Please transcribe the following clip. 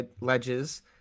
ledges